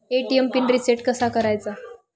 ATM pin reset कसा करायचा?